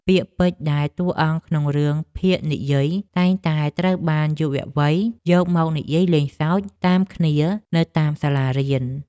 ពាក្យពេចន៍ដែលតួអង្គក្នុងរឿងភាគនិយាយតែងតែត្រូវបានយុវវ័យយកមកនិយាយលេងសើចតាមគ្នានៅតាមសាលារៀន។